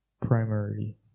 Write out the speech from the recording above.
primarily